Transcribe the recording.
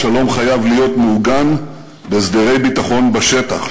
השלום חייב להיות מעוגן בהסדרי ביטחון בשטח,